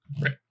Right